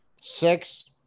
Six